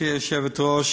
גברתי היושבת-ראש,